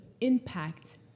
impact